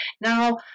Now